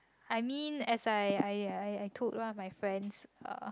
I mean as I I I I told one of my friends uh